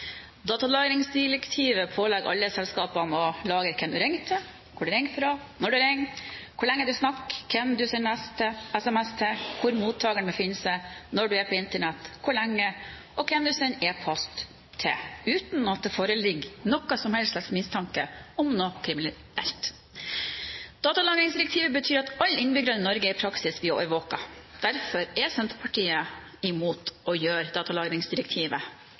Datalagringsdirektivet pålegger alle selskapene å lagre hvem du ringer til, hvor du ringer fra, når du ringer, hvor lenge du snakker, hvem du sender SMS til, hvor mottakeren befinner seg, når du er på Internett, hvor lenge, og hvem du sender e-post til – uten at det foreligger noen som helst mistanke om noe kriminelt. Datalagringsdirektivet betyr at alle innbyggere i Norge i praksis blir overvåket. Derfor er Senterpartiet imot å få datalagringsdirektivet